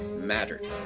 mattered